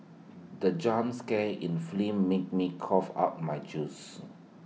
the jump scare in film made me cough out my juice